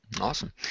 Awesome